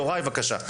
יוראי בבקשה,